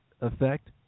effect